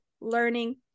learning